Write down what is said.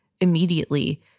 immediately